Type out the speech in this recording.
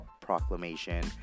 Proclamation